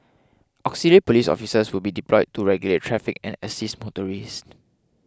auxiliary police officers will be deployed to regulate traffic and assist motorists